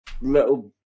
little